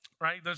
right